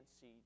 see